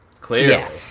Clearly